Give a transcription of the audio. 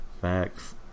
Facts